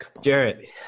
Jarrett